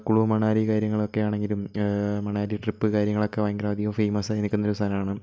കുളു മണാലി കാര്യങ്ങൾ ഒക്കെയാണെങ്കിലും മണാലി ട്രിപ്പ് കാര്യങ്ങളൊക്കെ ഭയങ്കര അധികം ഫേമസ് ആയി നിൽക്കുന്ന ഒരു സ്ഥലമാണ്